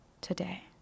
today